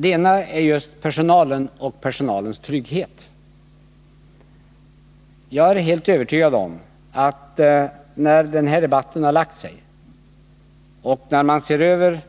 Den ena är just personalen och dess trygghet. När denna debatt har lagt sig och man studerar